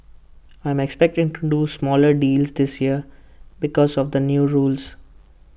I'm expecting to do smaller deals this year because of the new rules